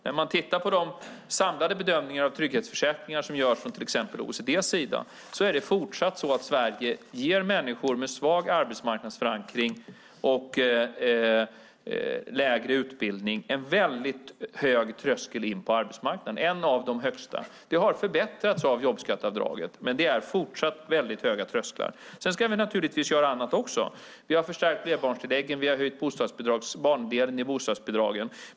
När man tittar på de samlade bedömningar av trygghetsförsäkringar som görs från till exempel OECD:s sida ser man att Sverige fortsatt ger människor med svag arbetsmarknadsförankring och lägre utbildning en väldigt hög tröskel in på arbetsmarknaden, en av de högsta. Det har förbättrats genom jobbskatteavdraget, men det är fortsatt mycket höga trösklar. Men vi ska naturligtvis göra också annat. Vi har förstärkt flerbarnstilläggen, och vi har höjt barndelen i bostadsbidragen.